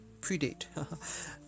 predate